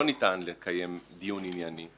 לא ניתן לקיים דיון ענייני,